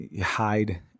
hide